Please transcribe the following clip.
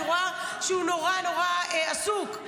אני רואה שהוא נורא-נורא עסוק,